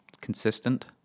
Consistent